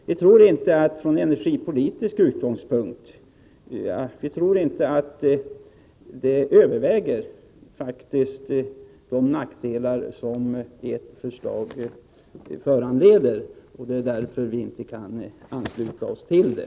Vi tror faktiskt inte att de fördelar som från energipolitisk synpunkt kan uppnås överväger de nackdelar som ert förslag medför, och det är därför vi inte kan ansluta oss till det.